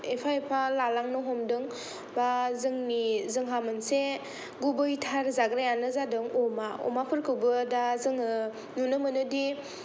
गुबुन जाथिया एफा एफा लालांनो हमदों बा जोंनि जोंहा मोनसे गुबैथार जाग्रायानो जादों अमा अमाफोरखौबो दा जोङो नुनो मोनोदि